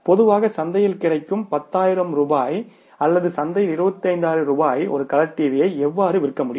பொதுவாக சந்தையில் கிடைக்கும் 10000 ரூபாய்க்கு அல்லது சந்தையில் 25000 ரூபாய்க்கு ஒரு கலர் டிவியை எவ்வாறு விற்க முடியும்